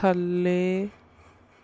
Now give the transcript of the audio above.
ਥੱਲੇ